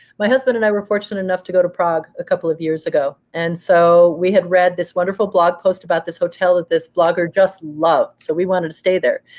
my husband and i were fortunate enough to go to prague a couple of years ago. and so we had read this wonderful blog post about this hotel that this blogger just loved. so we wanted to stay there.